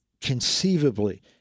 conceivably